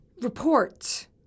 Report